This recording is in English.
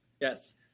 Yes